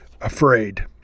afraid